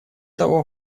того